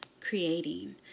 creating